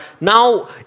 now